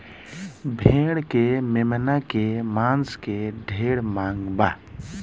भेड़ के मेमना के मांस के ढेरे मांग बा